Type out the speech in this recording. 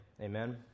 Amen